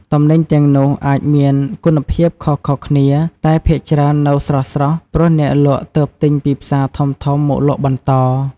ទំនិញទាំងនោះអាចមានគុណភាពខុសៗគ្នា តែភាគច្រើននៅស្រស់ៗ ព្រោះអ្នកលក់ទើបទិញពីផ្សារធំៗមកលក់បន្ត។